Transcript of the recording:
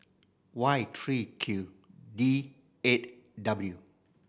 Y three Q E eight W